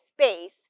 space